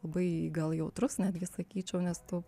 labai gal jautrus netgi sakyčiau nes tu